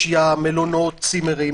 ים, מלונות, צימרים.